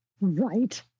Right